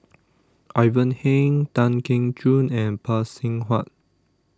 Ivan Heng Tan Keong Choon and Phay Seng Whatt